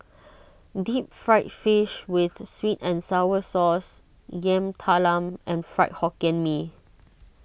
Deep Fried Fish with Sweet and Sour Sauce Yam Talam and Fried Hokkien Mee